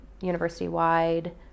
university-wide